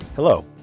Hello